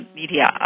media